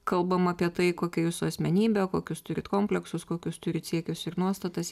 kalbam apie tai kokia jūsų asmenybė kokius turit kompleksus kokius turit siekius ir nuostatas